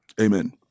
Amen